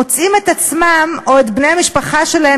מוצאים את עצמם או את בני המשפחה שלהם